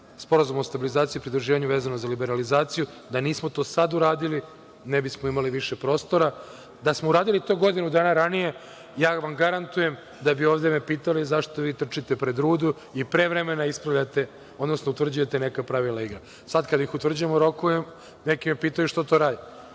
Sporazumom o stabilizaciji i pridruživanju vezano za liberalizaciju, da nismo to sad uradili ne bismo imali više prostora. Da smo uradili to godinu dana ranije, garantujem vam da bi me ovde pitali – zašto vi trčite pred rudu i pre vremena ispravljate, odnosno utvrđujete neka pravila igre. Sad kad ih utvrđujemo u roku, neki me pitaju – što to radite?